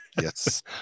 Yes